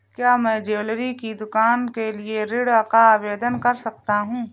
क्या मैं ज्वैलरी की दुकान के लिए ऋण का आवेदन कर सकता हूँ?